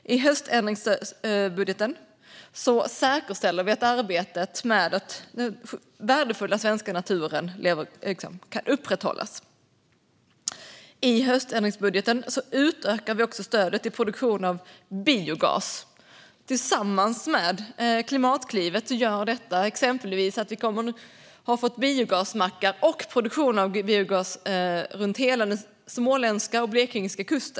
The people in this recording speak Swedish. I höständringsbudgeten säkerställer vi att arbetet för den värdefulla svenska naturen kan upprätthållas. I höständringsbudgeten utökar vi också stödet till produktion av biogas. Tillsammans med Klimatklivet innebär det exempelvis att vi har fått biogasmackar och produktion av biogas runt hela den småländska och blekingska kusten.